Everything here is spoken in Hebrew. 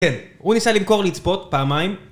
כן, הוא ניסה לנקור לצפות פעמיים